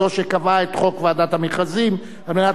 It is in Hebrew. חוק חובת המכרזים (תיקון,